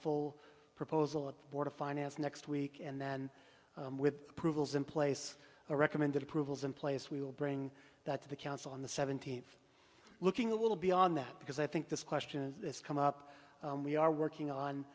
full proposal at board of finance next week and then with approvals in place or recommended approvals in place we will bring that to the council on the seventeenth looking a little beyond that because i think this question come up we are working on